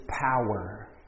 power